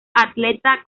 atleta